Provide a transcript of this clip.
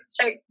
Sure